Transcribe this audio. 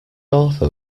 author